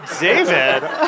David